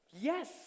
yes